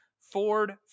Ford